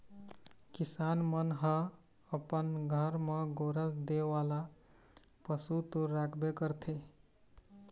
किसान मन ह अपन घर म गोरस दे वाला पशु तो राखबे करथे